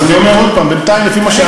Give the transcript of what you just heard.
אז אני אומר עוד הפעם, בינתיים, לפי מה,